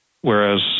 whereas